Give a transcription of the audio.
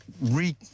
re